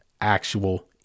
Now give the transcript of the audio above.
actual